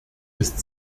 ist